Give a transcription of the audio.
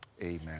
Amen